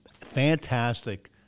fantastic